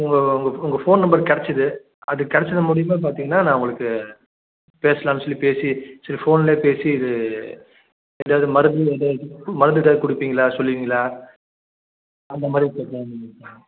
உங்கள் உங்கள் phone number கெடச்சுது அது கெடச்சுது மூலயமா பார்த்திங்னா நான் உங்களுக்கு பேசலாம்னு சொல்லி பேசி சேரி ஃபோன்லேயே பேசி இது ஏதாவது மருந்து ஏதாவது மருந்து ஏதாவது கொடுப்பிங்களா சொல்லுவிங்களா அந்த மாதிரி கேட்கலானு நினைச்சேன்